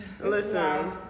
Listen